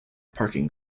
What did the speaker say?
parking